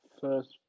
first